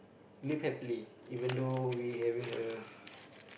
live happily even though we having a